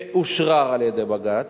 שאושרר על-ידי בג"ץ,